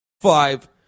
Five